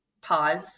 pause